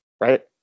right